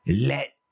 let